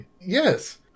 Yes